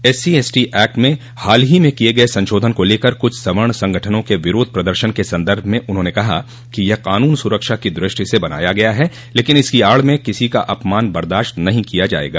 SC ST act में हाल ही में किये गये संशोधन को लेकर कुछ सवर्ण संगठनों के विरोध प्रदर्शन के सन्दर्भ में उन्होंने कहा कि यह कानून सुरक्षा की दृष्टि से बनाया गया है लेकिन इसकी आड़ में किसी का अपमान बर्दाश्त नहीं किया जायेगा